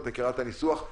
את מכירה את הניסוח,